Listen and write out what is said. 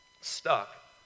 stuck